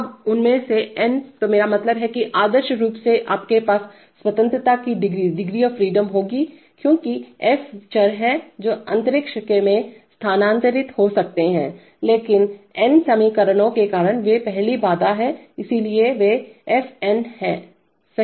अब उनमें से n तो मेरा मतलब है कि आदर्श रूप से आपके पास स्वतंत्रता की डिग्रीडिग्री ऑफ़ फ्रीडम होगी क्योंकि ये f चर हैं जो अंतरिक्ष में स्थानांतरित हो सकते हैं लेकिन n समीकरणों के कारण वे पहली बाधा हैं इसलिए वे इसलिए यह f n है सही है